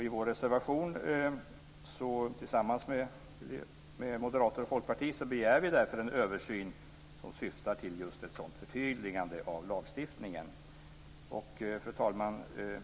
I vår reservation tillsammans med Moderaterna och Folkpartiet begär vi därför en översyn som syftar till just ett sådant förtydligande av lagstiftningen. Fru talman!